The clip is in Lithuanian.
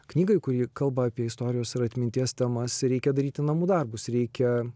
knygai kuri kalba apie istorijos ir atminties temas reikia daryti namų darbus reikia